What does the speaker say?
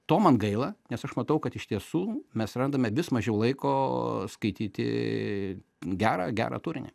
to man gaila nes aš matau kad iš tiesų mes randame vis mažiau laiko skaityti gerą gerą turinį